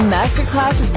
Masterclass